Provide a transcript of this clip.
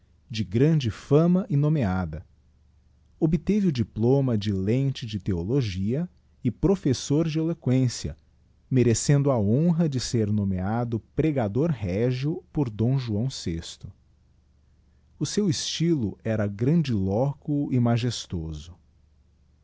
de grande fama e nomeada obteve o diploma de lente de theologia e professor de eloquência merecendo a honra de ser nomeado pregador régio por d joão vi o seu estylo era grandiloquo e magestoso